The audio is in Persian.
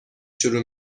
شروع